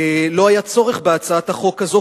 לא היה צורך בהצעת החוק הזאת,